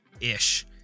ish